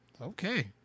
Okay